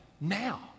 now